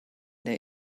der